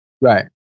Right